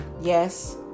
Yes